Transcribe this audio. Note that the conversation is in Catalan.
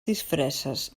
disfresses